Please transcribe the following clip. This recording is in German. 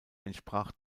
entsprach